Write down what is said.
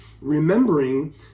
Remembering